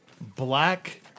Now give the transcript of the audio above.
black